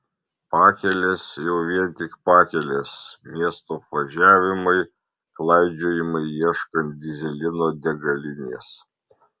pakelės jau vien tik pakelės miestų apvažiavimai klaidžiojimai ieškant dyzelino degalinės